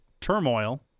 turmoil